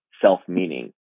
self-meaning